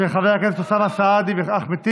של חברי הכנסת אוסאמה סעדי ואחמד טיבי.